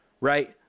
Right